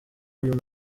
uyu